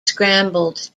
scrambled